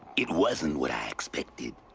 it wasn't what i expected.